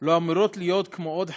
לא אמורות להיות כמו עוד חגיגות.